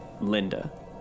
Linda